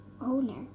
owner